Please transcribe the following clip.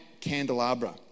candelabra